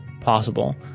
possible